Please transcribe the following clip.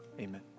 amen